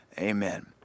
Amen